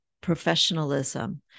professionalism